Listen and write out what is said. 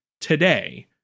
today